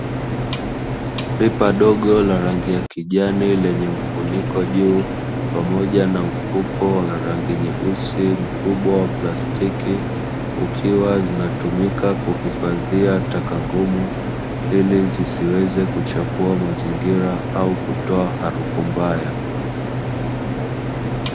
Pipa dogo la rangi ya kijani lenye mfuniko juu, pamoja na mfuko wa rangi nyeusi mkubwa wa plastiki, ukiwa zinatumika kuhifadhia taka ngumu ili zisiweze kuchafua mazingira au kutoa harufu mbaya.